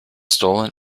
stolen